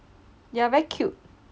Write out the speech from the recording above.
ya very cute